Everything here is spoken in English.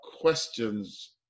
questions